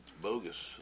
bogus